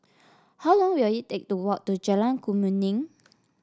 how long will it take to walk to Jalan Kemuning